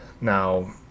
Now